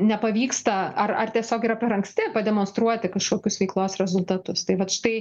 nepavyksta ar ar tiesiog yra per anksti pademonstruoti kažkokius veiklos rezultatus tai vat štai